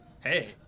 Hey